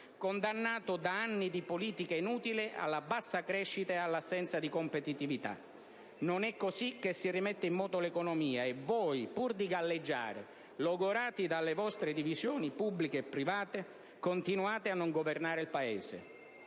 condannato, da anni di politica inutile, alla bassa crescita e all'assenza di competitività. Non è così che si rimette in moto l'economia e voi, pur di galleggiare, logorati dalle vostre divisioni pubbliche e private, continuate a non governare il Paese.